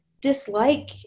dislike